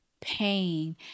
pain